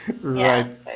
Right